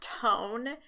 tone